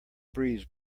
breeze